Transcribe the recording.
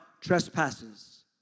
trespasses